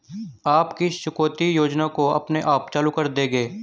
आप किस चुकौती योजना को अपने आप चालू कर देंगे?